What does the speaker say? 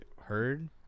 heard